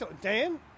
Dan